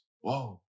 Whoa